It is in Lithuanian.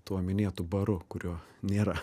tuo minėtu baru kurio nėra